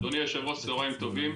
אדוני היושב-ראש, צוהריים טובים,